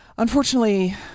Unfortunately